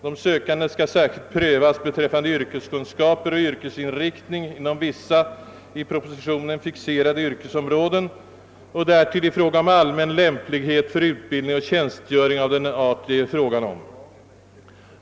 De sökande skall särskilt prövas beträffande yrkeskunskaper och yrkesinriktning inom vissa, i propositionen fixerade yrkesområden och därtill i fråga om allmän lämplighet för utbildning för tjänstgöring av den art det här gäller.